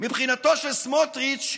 מבחינתו של סמוטריץ'